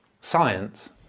science